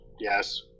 yes